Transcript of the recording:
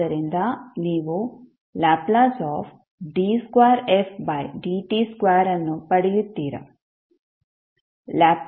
ಆದ್ದರಿಂದ ನೀವು Ld2fdt2 ಅನ್ನು ಪಡೆಯುತ್ತೀರಾ